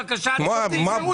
בבקשה, גברתי.